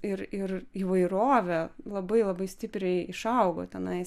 ir ir įvairovė labai labai stipriai išaugo tenais